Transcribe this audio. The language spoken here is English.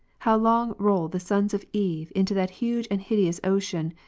how long roll the sons of eve into that huge and hideous ocean,